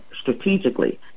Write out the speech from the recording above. strategically